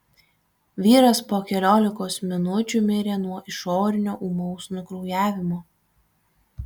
vyras po keliolikos minučių mirė nuo išorinio ūmaus nukraujavimo